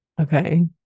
Okay